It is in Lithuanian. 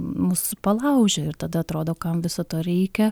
mus palaužia ir tada atrodo kam viso to reikia